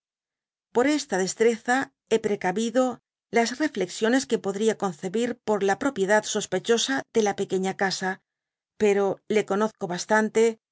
por esta destreza hé precabido las reflexiones que podría concebir por la propriedad sospechosa de la pequeña casa pero le conozco bastante